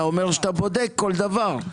אתה אומר שאתה בודק כל דבר.